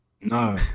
No